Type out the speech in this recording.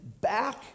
back